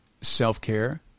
self-care